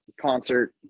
concert